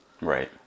Right